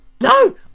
No